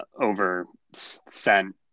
over-sent